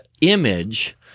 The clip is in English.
image